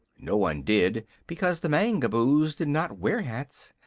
no one did, because the mangaboos did not wear hats,